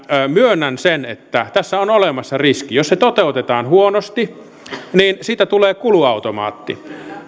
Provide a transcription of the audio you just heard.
myönnän sen että tässä on olemassa riski jos se toteutetaan huonosti siitä tulee kuluautomaatti